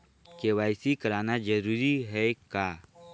KYC कराना जरूरी है का?